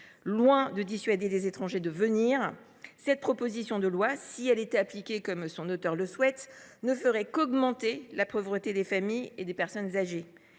Loin de dissuader des étrangers de venir en France, cette proposition de loi, si elle était appliquée comme son auteure le souhaite, ne ferait qu’accroître la pauvreté de familles et de personnes âgées.